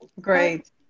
Great